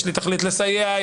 יש לי תכלית לסייע,